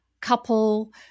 couple